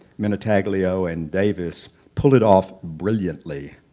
minutaglio and davis, pulled it off brilliantly,